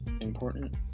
important